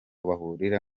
bahurira